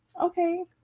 Okay